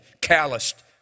calloused